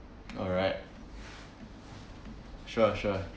alright sure sure